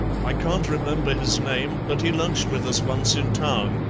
i can't remember his name, but he lunched with us once in town.